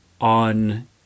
on